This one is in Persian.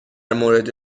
مورد